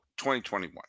2021